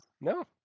no